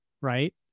right